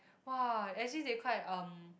[wah] actually they quite um